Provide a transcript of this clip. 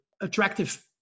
attractive